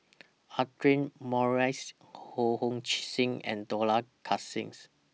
Audra Morrice Ho Hong Sing and Dollah Kassim